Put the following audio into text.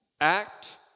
act